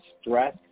stress